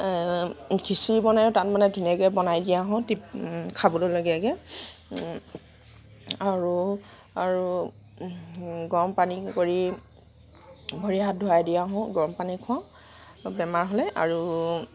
খিচিৰি বনায়ো তাত মানে ধুনীয়াকে বনাই দি আহোঁ তিপ খাবলৈলগীয়াকৈ আৰু আৰু গৰম পানী কৰি ভৰি হাত ধুৱাই দি আহোঁ গৰম পানী খোৱাওঁ বেমাৰ হ'লে আৰু